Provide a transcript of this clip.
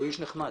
הוא איש נחמד.